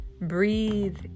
Breathe